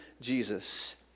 Jesus